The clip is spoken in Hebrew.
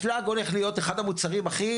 שהאשלג הולך להיות אחד המוצרים הכי